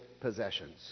possessions